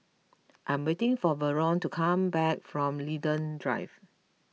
I'm waiting for Verlon to come back from Linden Drive